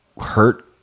hurt